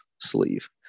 sleeve